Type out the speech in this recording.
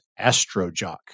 Astrojock